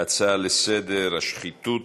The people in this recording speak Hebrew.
ההצעה לסדר-היום, תופעת השחיתות